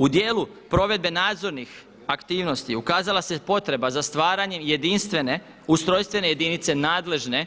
U dijelu provedbe nadzornih aktivnosti ukazala se potreba za stvaranjem jedinstvene ustrojstvene jedinice nadležne